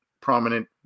prominent